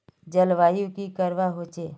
जलवायु की करवा होचे?